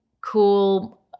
cool